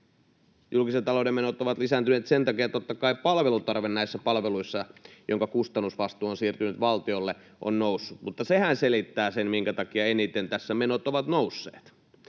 Julkisen talouden menot ovat lisääntyneet totta kai sen takia, että palveluntarve näissä palveluissa, joiden kustannusvastuu on siirtynyt valtiolle, on noussut. Sehän selittää sen, minkä takia eniten tässä menot ovat nousseet.